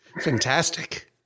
Fantastic